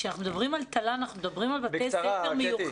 כשאנחנו מדברים על תל"ן אנחנו מדברים על בתי ספר מיוחדים.